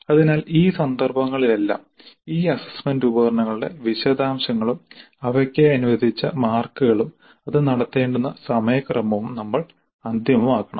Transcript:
അതിനാൽ ഈ സന്ദർഭങ്ങളിലെല്ലാം ഈ അസ്സസ്സ്മെന്റ് ഉപകരണങ്ങളുടെ വിശദാംശങ്ങളും അവയ്ക്കായി അനുവദിച്ച മാർക്കുകളും അത് നടത്തേണ്ടുന്ന സമയക്രമവും നമ്മൾ അന്തിമമാക്കണം